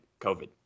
COVID